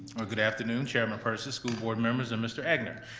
or good afternoon, chairman persis, school board members, and mr. egnor.